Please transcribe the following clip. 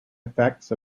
effects